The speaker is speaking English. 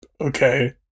Okay